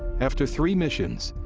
after three missions,